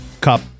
cup